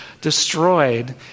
destroyed